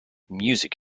music